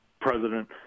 president –